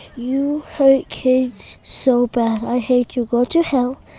you hurt kids so bad. i hate you. go to hell.